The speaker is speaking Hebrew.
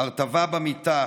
הרטבה במיטה,